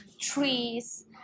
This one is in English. trees